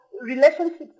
relationships